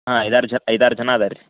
ಹಾಂ ಐದಾರು ಜನ ಐದಾರು ಜನ ಇದಾರ್ ರೀ